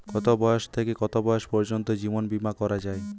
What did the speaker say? কতো বয়স থেকে কত বয়স পর্যন্ত জীবন বিমা করা যায়?